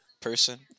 Person